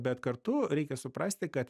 bet kartu reikia suprasti kad